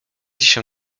się